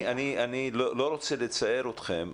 אני לא רוצה לצער אתכם,